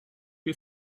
you